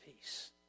peace